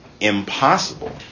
impossible